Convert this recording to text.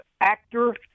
actor